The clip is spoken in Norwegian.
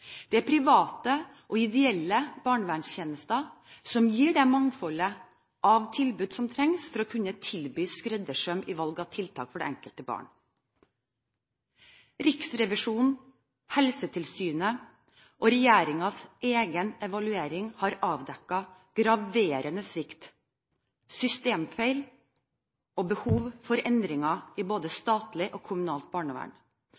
Det er private og ideelle barnevernstjenester som gir det mangfoldet av tilbud som trengs for å kunne tilby skreddersøm i valg av tiltak for det enkelte barn. Riksrevisjonens, Helsetilsynets og regjeringens egen evaluering har avdekket graverende svikt, systemfeil og behov for endringer i både statlig og kommunalt barnevern.